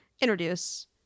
introduce